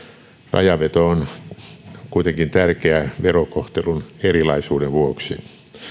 rajanveto on kuitenkin tärkeää verokohtelun erilaisuuden vuoksi